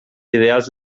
ideals